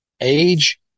age